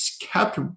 kept